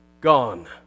Gone